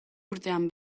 urtean